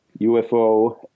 UFO